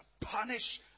punish